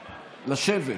לשבת,